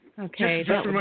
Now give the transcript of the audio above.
Okay